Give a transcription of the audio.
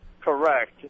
Correct